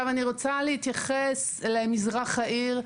אני רוצה להתייחס למזרח העיר,